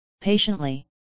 patiently